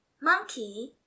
monkey